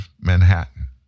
Manhattan